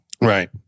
Right